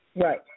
Right